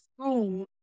school